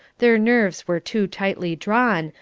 their nerves were too tightly drawn,